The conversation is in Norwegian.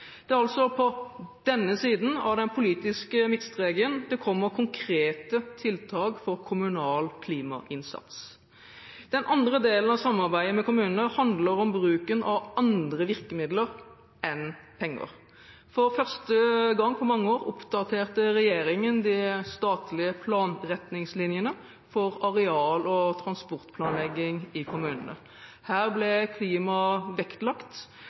Det er altså på denne siden av den politiske midtstreken at det kommer konkrete tiltak for kommunal klimainnsats. Den andre delen av samarbeidet med kommunene handler om bruk av andre virkemidler enn penger. For første gang på mange år oppdaterte regjeringen de statlige planretningslinjene for areal- og transportplanlegging i kommunene. Her ble klima vektlagt,